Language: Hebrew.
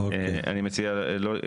אני מציע לא,